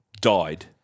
died